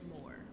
more